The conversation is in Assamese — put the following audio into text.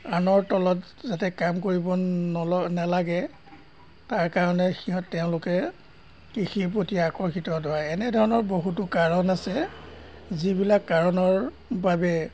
আনৰ তলত যাতে কাম কৰিব নল নালাগে তাৰ কাৰণে সিহঁত তেওঁলোকে কৃষিৰ প্ৰতি আকৰ্ষিত ধৰা এনেধৰণৰ বহুতো কাৰণ আছে যিবিলাক কাৰণৰ বাবে